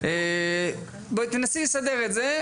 שהחוק הזה אמור לשנות אותו ברגע שתהיה הרשאת חתימה למנהל בצורה חוקית.